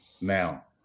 Now